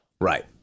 right